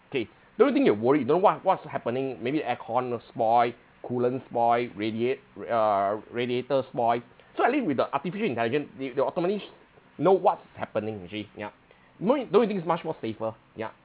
okay don't you think you're worried you don't know what what's happening maybe the aircon spoiled coolant spoiled radiate err radiator spoiled so at least with the artificial intelligent they they automatically know what's happening actually yeah know don't you think it's much more safer ya